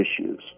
issues